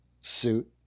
suit